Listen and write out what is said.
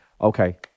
okay